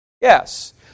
Yes